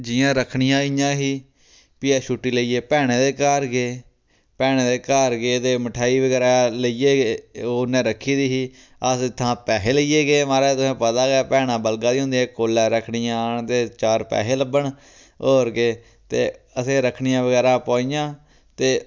जियां रक्खड़ियां होई गेइयां ही फ्ही अस छुट्टी लेइयै भैनैं दै घर गे भैनैं दै घर गे ते मठेआई बगैरा लेइयै गे उन्नै रक्खी दी ही अस इत्थुआं पैहे लेइयै गे महाराज तुेंगी पता गै भैनां बलगा दियां होंदियां कोल्लै रक्खड़ियां आन ते चार पैसे लब्भन होर केह् ते असें रक्खड़ियां बगैरा पोआइयां